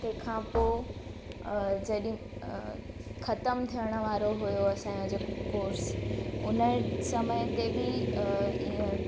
तंहिंखां पोइ अ जॾहिं अ ख़तम थियण वारो हुयो असांजो जेको कोर्स उन समय ते बि अ ईअं